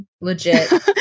legit